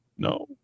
No